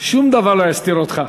שום דבר לא יסתיר אותך.